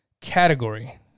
category